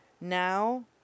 Now